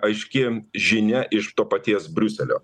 aiški žinia iš to paties briuselio